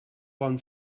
bon